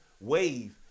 wave